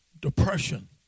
depression